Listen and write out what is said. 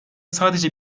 sadece